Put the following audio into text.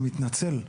אני מתנצל.